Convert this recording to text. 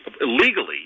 illegally